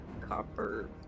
copper